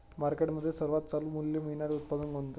मार्केटमध्ये सर्वात चालू मूल्य मिळणारे उत्पादन कोणते?